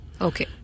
Okay